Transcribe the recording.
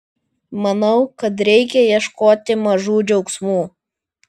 manau kad reikia ieškoti mažų džiaugsmų